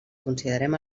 considerem